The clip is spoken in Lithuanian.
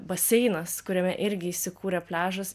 baseinas kuriame irgi įsikūrė pliažas